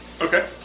Okay